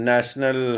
National